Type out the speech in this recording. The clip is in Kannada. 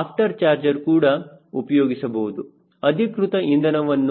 ಆಫ್ಟರ್ ಚಾರ್ಜರ್ ಕೂಡ ಉಪಯೋಗಿಸಬಹುದು ಅಧಿಕೃತ ಇಂಧನವನ್ನು ಒಳಗೆ ಸೇರಿಸಬಹುದು